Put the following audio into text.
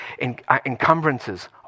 encumbrances